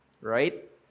right